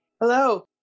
Hello